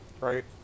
Right